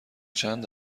چند